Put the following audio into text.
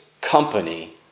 company